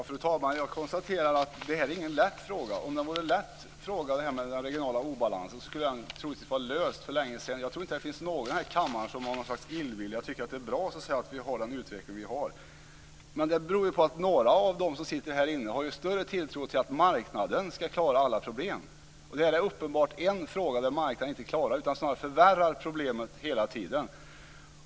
Fru talman! Jag konstaterar att det här inte är någon lätt fråga. Om den regionala obalansen vore en lätt fråga skulle den troligtvis ha varit löst för länge sedan. Jag tror inte att det finns någon här i kammaren som är illvillig och tycker att det är bra att vi har den utveckling som vi har. Men några av dem som sitter här i kammaren har ju större tilltro till att marknaden ska klara alla problem. Detta är uppenbart en fråga som marknaden inte klarar, utan den snarare förvärrar problemet hela tiden.